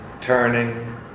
turning